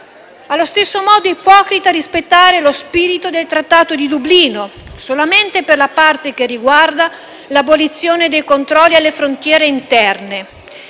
Allo stesso modo, è ipocrita rispettare lo spirito del trattato di Dublino solamente per la parte che riguarda l'abolizione dei controlli alle frontiere interne,